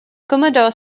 commodore